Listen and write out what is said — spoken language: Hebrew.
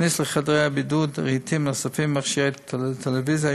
להכניס לחדרי הבידוד רהיטים נוספים ומכשירי טלוויזיה,